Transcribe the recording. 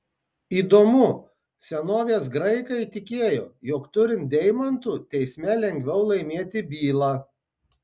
įdomu senovės graikai tikėjo jog turint deimantų teisme lengviau laimėti bylą